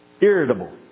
irritable